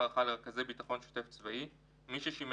לרכזי ביטחון שוטף צבאי תעודת 5. מי שגויס